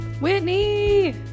Whitney